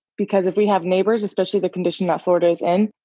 because if we have neighbors, especially the condition that florida is in,